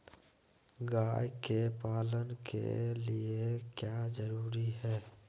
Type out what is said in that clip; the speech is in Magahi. गाय के पालन के लिए क्या जरूरी है?